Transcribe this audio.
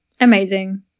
amazing